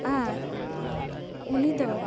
ᱟᱨ ᱩᱱᱤ ᱫᱚ